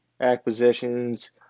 acquisitions